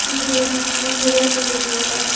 جی جی کولر تو یوز ہو رہا ہے